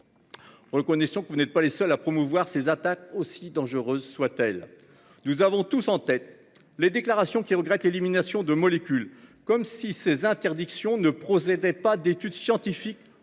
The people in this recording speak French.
Reconnaissons que vous n'êtes pas les seuls à promouvoir ces attaques aussi dangereuse soit-elle. Nous avons tous en tête les déclarations qui regrette l'élimination de molécules comme si ces interdictions ne procédait pas d'étude scientifique